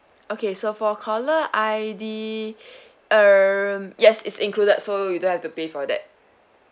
okay so for caller I_D err yes is included so you don't have to pay for that